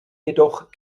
jedoch